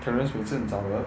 clemence wei jian 找了